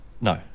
No